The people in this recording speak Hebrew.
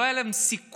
לא היה להם סיכוי,